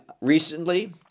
recently